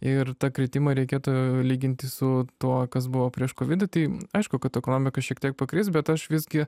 ir tą kritimą reikėtų lyginti su tuo kas buvo prieš kovidą tai aišku kad ekonomika šiek tiek pakris bet aš visgi